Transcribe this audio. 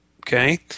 okay